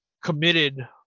committed